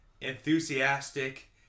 enthusiastic